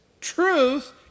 Truth